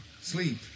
sleep